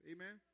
Amen